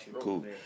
Cool